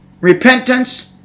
repentance